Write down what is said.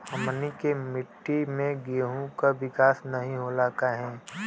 हमनी के मिट्टी में गेहूँ के विकास नहीं होला काहे?